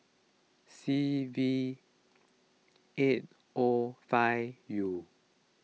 C V eight O five U